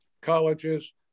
colleges